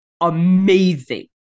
amazing